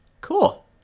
Cool